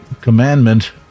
commandment